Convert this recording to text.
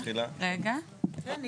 מה